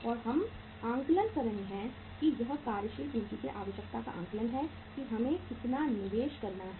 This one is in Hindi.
और हम आकलन कर रहे हैं कि यह कार्यशील पूंजी की आवश्यकता का आकलन है कि हमें कितना निवेश करना है